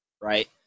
Right